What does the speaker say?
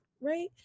Right